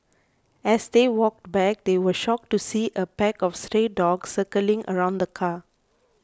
as they walked back they were shocked to see a pack of stray dogs circling around the car